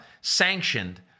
sanctioned